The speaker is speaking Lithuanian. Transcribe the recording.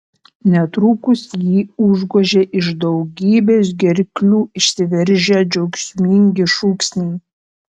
netrukus jį užgožė iš daugybės gerklių išsiveržę džiaugsmingi šūksniai